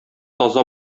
таза